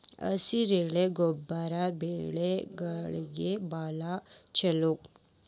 ಹಸಿರೆಲೆ ಗೊಬ್ಬರ ಬೆಳೆಗಳಿಗೆ ಬಾಳ ಚಲೋ